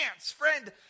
Friend